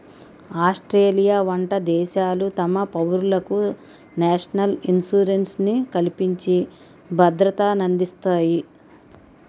Australia వంట దేశాలు తమ పౌరులకు నేషనల్ ఇన్సూరెన్స్ ని కల్పించి భద్రతనందిస్తాయి